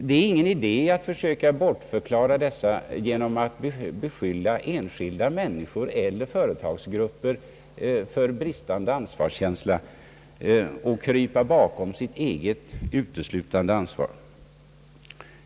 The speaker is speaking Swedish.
Det är ingen idé att försöka bortförklara dessa fakta genom att beskylla enskilda människor eller företagsgrupper för bristande ansvarskänsla och försöka krypa från sitt eget uteslutande ansvar.